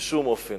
כלפי אותו